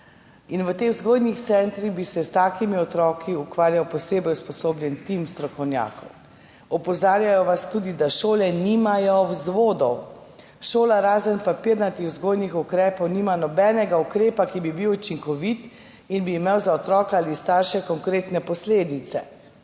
V teh vzgojnih centrih bi se s takimi otroki ukvarjal posebej usposobljen tim strokovnjakov. Opozarjajo vas tudi, da šole nimajo vzvodov: »Šola razen papirnatih vzgojnih ukrepov nima nobenega ukrepa, ki bi bil učinkovit in bi imel za otroke ali starše konkretne posledice.